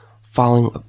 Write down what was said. following